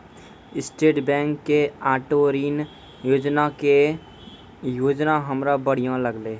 state बैंको के auto ऋण योजना के योजना हमरा बढ़िया लागलै